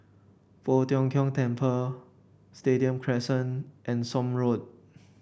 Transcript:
Poh Tiong Kiong Temple Stadium Crescent and Somme Road